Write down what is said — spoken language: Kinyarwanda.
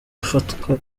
ifatwa